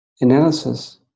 analysis